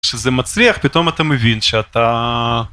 שזה מצליח, פתאום אתה מבין שאתה...